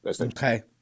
Okay